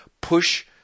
push